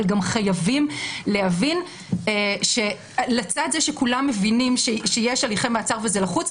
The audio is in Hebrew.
אבל גם חייבים להבין שלצד זה שכולם מבינים שיש הליכי מעצר וזה לחוץ.